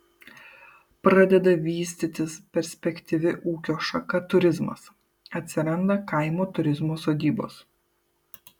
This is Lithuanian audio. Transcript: pradeda vystytis perspektyvi ūkio šaka turizmas atsiranda kaimo turizmo sodybos